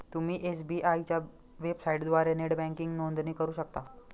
तुम्ही एस.बी.आय च्या वेबसाइटद्वारे नेट बँकिंगसाठी नोंदणी करू शकता